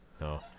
No